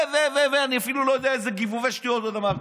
ואני אפילו לא יודע איזה גיבובי שטויות עוד אמרת.